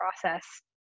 process